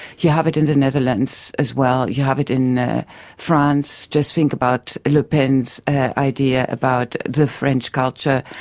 you have it in the netherlands as well. you have it in france. just think about le pen's idea about the french culture.